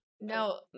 no